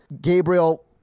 Gabriel